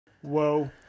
Whoa